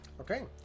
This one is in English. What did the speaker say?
Okay